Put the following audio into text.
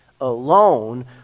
alone